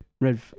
red